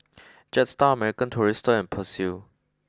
Jetstar American Tourister and Persil